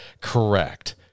Correct